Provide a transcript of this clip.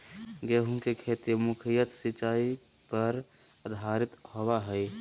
गेहूँ के खेती मुख्यत सिंचाई पर आधारित होबा हइ